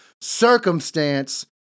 circumstance